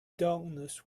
darkness